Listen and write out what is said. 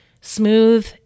smooth